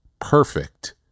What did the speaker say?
perfect